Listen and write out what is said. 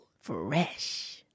fresh